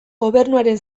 gobernuaren